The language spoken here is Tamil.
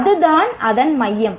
அதுதான் அதன் மையம்